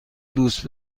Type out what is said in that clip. دوست